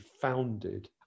founded